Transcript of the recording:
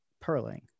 purling